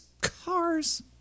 cars